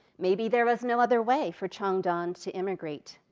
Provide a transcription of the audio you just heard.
maybe there was no other way for chong don to immigrate.